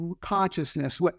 consciousness